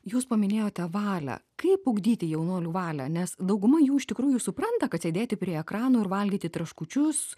jūs paminėjote valią kaip ugdyti jaunuolių valią nes dauguma jų iš tikrųjų supranta kad sėdėti prie ekrano ir valgyti traškučius